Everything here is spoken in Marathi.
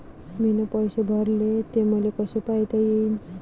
मीन पैसे भरले, ते मले कसे पायता येईन?